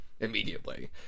immediately